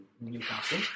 Newcastle